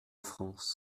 france